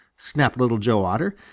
snapped little joe otter.